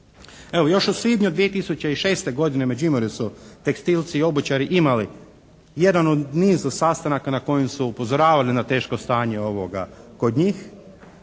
Evo još u svibnju 2006. godine u Međimurju su tekstilci i obućari imali jedan od niza sastanaka na kojem su upozoravali na teško stanje kod njih,